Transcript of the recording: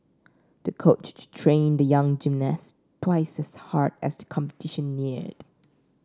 the coach trained the young gymnast twice as hard as the competition neared